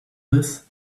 this